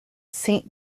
saint